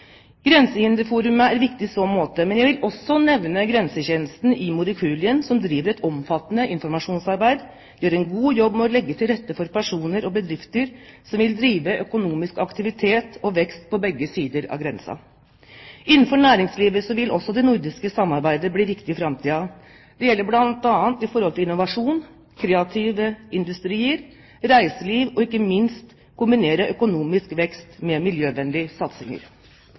er viktig i så måte, men jeg vil også nevne Grensetjenesten i Morokulien, som driver et omfattende informasjonsarbeid. De gjør en god jobb med å legge til rette for personer og bedrifter som vil ha økonomisk aktivitet og vekst på begge sider av grensen. Innenfor næringslivet vil også det nordiske samarbeidet bli viktig i framtiden, bl.a. når det gjelder innovasjon, kreative industrier, reiseliv og ikke minst det å kombinere økonomisk vekst med miljøvennlige satsinger.